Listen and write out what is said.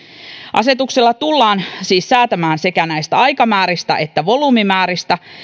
asetuksella tullaan siis säätämään sekä näistä aikamääristä että volyymimääristä